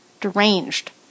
deranged